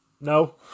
No